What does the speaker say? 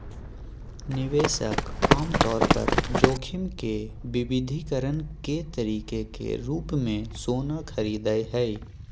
निवेशक आमतौर पर जोखिम के विविधीकरण के तरीके के रूप मे सोना खरीदय हय